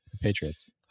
Patriots